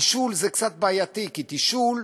תשאול זה קצת בעייתי, כי תשאול,